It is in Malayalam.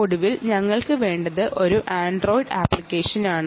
ഒടുവിൽ ഞങ്ങൾക്ക് വേണ്ടത് ഒരു ആൻഡ്രോയ്ഡ് അപ്ലിക്കേഷനാണ്